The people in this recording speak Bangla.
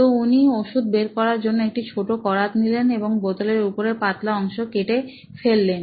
তো উনি ওষুধ বের করার জন্য একটা ছোট করাত নিলেন এবং বোতলের উপরের পাতলা অংশ কে কেটে ফেললেন